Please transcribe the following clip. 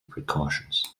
precautions